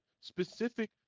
specific